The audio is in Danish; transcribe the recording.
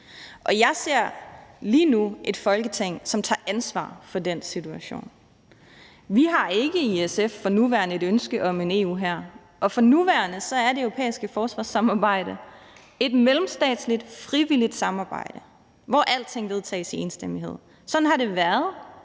sig. Jeg ser lige nu et Folketing, som tager ansvar for den situation. Vi har ikke i SF for nuværende et ønske om en EU-hær, og for nuværende er det europæiske forsvarssamarbejde et mellemstatsligt frivilligt samarbejde, hvor alting vedtages i enstemmighed. Sådan har det været,